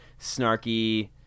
snarky